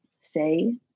say